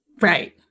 right